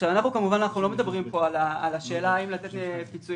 אנחנו לא מדברים פה כמובן על השאלה האם לתת פיצויים.